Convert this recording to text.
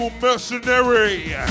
Mercenary